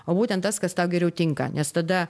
o būtent tas kas tau geriau tinka nes tada